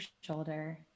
shoulder